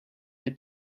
your